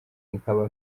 nkaba